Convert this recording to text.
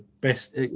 best